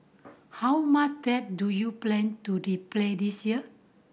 how much debt do you plan to replay this year